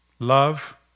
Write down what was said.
Love